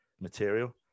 material